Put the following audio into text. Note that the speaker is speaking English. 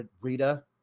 rita